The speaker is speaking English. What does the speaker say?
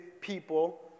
people